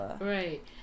right